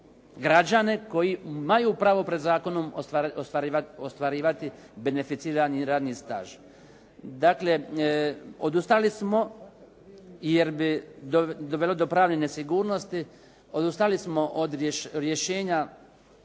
građane koji imaju pravo pred zakonom ostvarivati beneficirani radni staž. Dakle, odustali smo jer bi dovelo do pravne nesigurnosti, odustali smo od rješenja